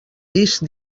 discs